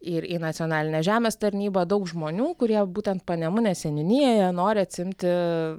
ir į nacionalinę žemės tarnybą daug žmonių kurie būtent panemunės seniūnijoje nori atsiimti